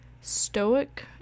stoic